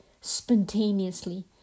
spontaneously